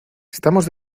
estamos